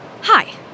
Hi